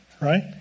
Right